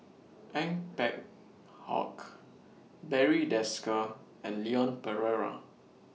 Ong Peng Hock Barry Desker and Leon Perera